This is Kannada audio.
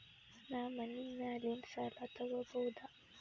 ನಾ ಮನಿ ಮ್ಯಾಲಿನ ಸಾಲ ತಗೋಬಹುದಾ?